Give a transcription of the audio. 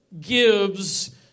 gives